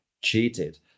cheated